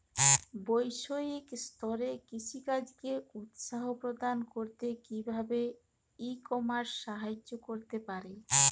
বৈষয়িক স্তরে কৃষিকাজকে উৎসাহ প্রদান করতে কিভাবে ই কমার্স সাহায্য করতে পারে?